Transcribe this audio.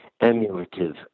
emulative